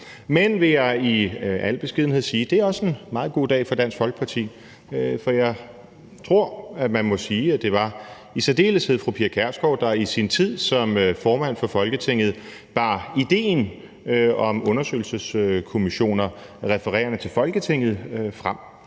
Men jeg vil i al beskedenhed sige, at det også er en meget god dag for Dansk Folkeparti, for jeg tror, at man må sige, at det i særdeleshed er fru Pia Kjærsgaard, der i sin tid som formand for Folketinget bar idéen om undersøgelseskommissioner refererende til Folketinget frem.